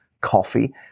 coffee